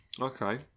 Okay